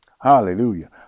Hallelujah